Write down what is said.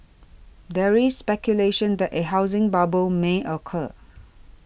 there is speculation that a housing bubble may occur